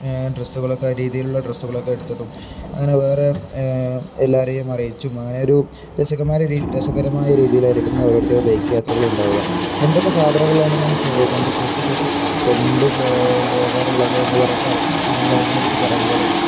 ഡ്രസ്സുകളൊക്കെ രീതിയിലുള്ള ഡ്രസ്സുകളൊക്കെ എടുത്തിടും അങ്ങനെ വേറെ എല്ലാവരെയും അറിയിച്ചും അങ്ങനെ ഒരു രസകരമായ രീതിയിലായിരിക്കും ഓരോരുത്തരുടെ ബൈക്ക് യാത്രകൾ ഉണ്ടാവുക എന്തൊക്കെ സാധനങ്ങളാണ് നമുക്ക് കൊണ്ടുപോകാറുള്ളത് എന്നുള്ളതിനെ പറ്റി പറയുമ്പോള്